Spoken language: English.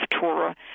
Torah